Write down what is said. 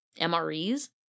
MREs